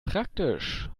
praktisch